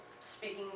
speaking